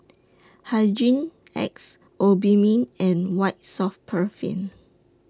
Hygin X Obimin and White Soft Paraffin